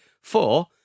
four